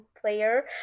player